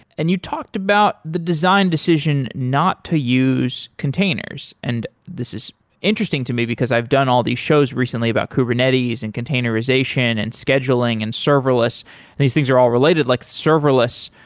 and you talked about the design decision not to use containers, and this is interesting to me, because i've done all these shows recently about kubernetes, and containerization, and scheduling, and serverless, and these things are all related. like serverless,